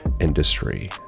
industry